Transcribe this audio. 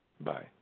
Bye